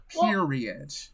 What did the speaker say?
Period